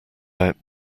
out